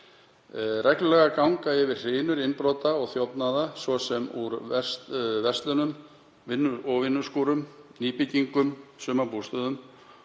Reglulega ganga yfir hrinur innbrota og þjófnaða, svo sem úr verslunum, vinnuskúrum, nýbyggingum og sumarbústöðum.